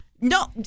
No